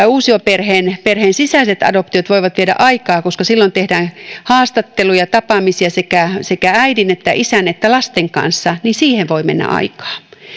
uusioperheen perheen sisäiset adoptiot voivat viedä aikaa koska silloin tehdään haastatteluja ja tapaamisia sekä sekä äidin että isän että lasten kanssa siihen voi mennä aikaa